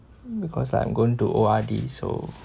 because like I'm going to O_R_D so